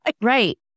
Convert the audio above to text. Right